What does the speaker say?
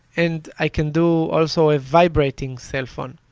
and i can do also a vibrating cellphone.